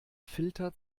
filter